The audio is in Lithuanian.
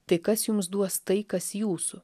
tai kas jums duos tai kas jūsų